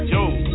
Joe